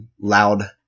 loud